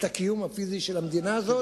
את הקיום הפיזי של המדינה הזאת.